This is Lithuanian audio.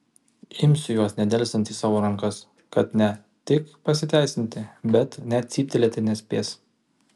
imsiu juos nedelsiant į savo rankas kad ne tik pasiteisinti bet net cyptelėti nespės